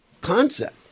concept